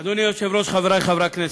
אדוני היושב-ראש, חברי חברי הכנסת,